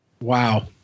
Wow